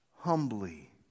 Humbly